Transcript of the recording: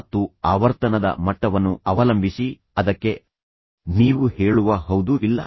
ಮತ್ತು ಆವರ್ತನದ ಮಟ್ಟವನ್ನು ಅವಲಂಬಿಸಿ ಅದಕ್ಕೆ ನೀವು ಹೇಳುವ ಹೌದು ಇಲ್ಲ